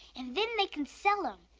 and then they can sell them,